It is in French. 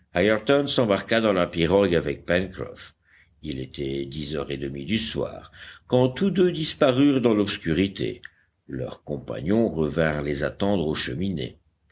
ayrton s'embarqua dans la pirogue avec pencroff il était dix heures et demie du soir quand tous deux disparurent dans l'obscurité leurs compagnons revinrent les attendre aux cheminées